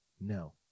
No